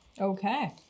Okay